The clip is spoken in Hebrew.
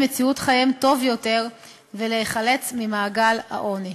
מציאות חייהן טוב יותר ולהיחלץ ממעגל העוני.